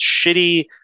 shitty